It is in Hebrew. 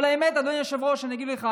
אבל האמת, אדוני היושב-ראש, אני אגיד לך,